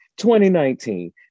2019